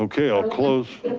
okay, i'll close